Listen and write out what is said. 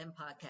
Podcast